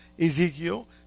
Ezekiel